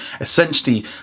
essentially